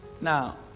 Now